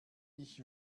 ich